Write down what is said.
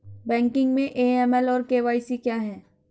Banking में AML और KYC क्या हैं?